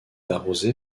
arrosée